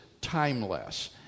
timeless